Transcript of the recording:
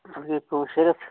اَتھ گٔے شےٚ رِٮ۪تھ